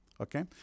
okay